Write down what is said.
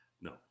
No